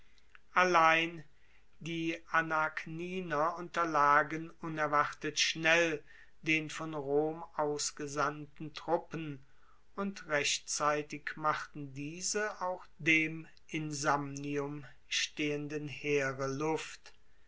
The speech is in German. allein die anagniner unterlagen unerwartet schnell den von rom ausgesandten truppen und rechtzeitig machten diese auch dem in samnium stehenden heere luft